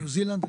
בניו זילנד.